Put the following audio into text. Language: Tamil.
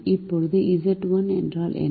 இப்போது Z1 என்றால் என்ன